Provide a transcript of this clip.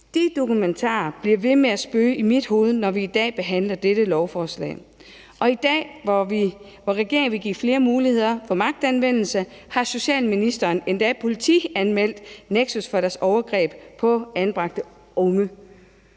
De dokumentarer bliver ved med at spøge i mit hoved, når vi i dag behandler dette lovforslag. Og i dag, hvor regeringen vil give flere muligheder for magtanvendelse, har socialministeren endda politianmeldt Nexus for deres overgreb på anbragte unge.